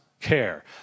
care